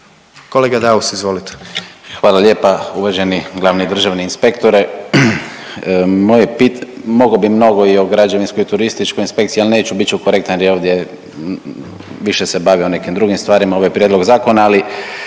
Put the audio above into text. **Daus, Emil (IDS)** Hvala lijepa. Uvaženi glavni državni inspektore, moje, mogao bi mnogo i o građevinskoj i turističkoj inspekciji, ali neću biti ću korektan jer je ovdje više se bavi o nekim drugim stvarima, ovo je prijedlog zakona, ali